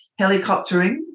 helicoptering